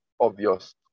obvious